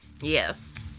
Yes